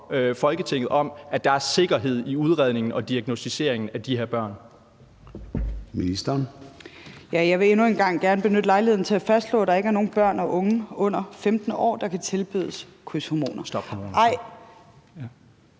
Folketinget om, at der er sikkerhed i udredningen og diagnosticeringen af de her børn?